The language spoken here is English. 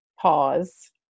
pause